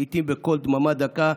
לעיתים בקול דממה דקה,